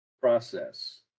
Process